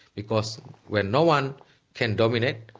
because when no-one can dominate,